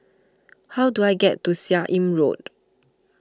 how do I get to Seah Im Road